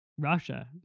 Russia